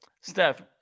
Steph